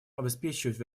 обеспечивать